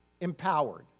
empowered